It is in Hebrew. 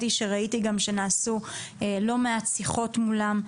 שראיתי גם שנעשו לא מעט שיחות מולם.